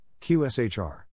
QSHR